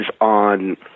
on